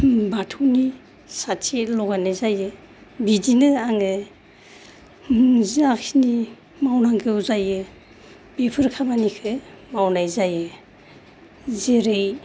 बाथौनि साथि लगायनाय जायो बिदिनो आङो जाखिनि मावनांगौ जायो बेफोर खामानिखो मावनाय जायो जेरै